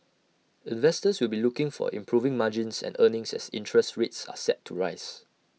investors will be looking for improving margins and earnings as interest rates are set to rise